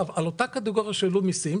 על אותה קטגוריה שהעלו בה מסים,